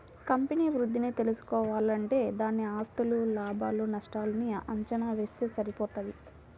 company వృద్ధిని తెల్సుకోవాలంటే దాని ఆస్తులు, లాభాలు నష్టాల్ని అంచనా వేస్తె సరిపోతది